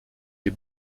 les